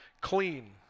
clean